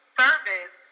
service